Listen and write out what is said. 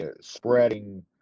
spreading